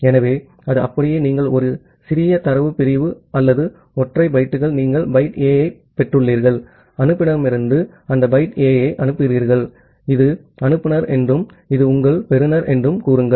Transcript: ஆகவே அது அப்படியே நீங்கள் ஒரு சிறிய தரவு பிரிவு அல்லது ஒற்றை பைட்டுகளை நீங்கள் பைட் A ஐப் பெற்றுள்ளீர்கள் அனுப்புநரிடமிருந்து அந்த பைட் A ஐ அனுப்புகிறீர்கள் இது அனுப்புநர் என்றும் இது உங்கள் பெறுநர் என்றும் கூறுங்கள்